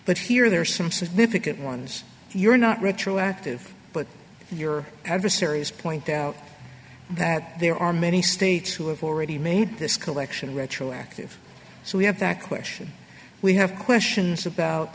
but here there are some significant ones you're not retroactive but your adversaries point out that there are many states who have already made this collection retroactive so we have that question we have questions about